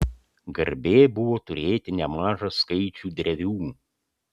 garbė buvo turėti nemažą skaičių drevių